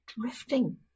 drifting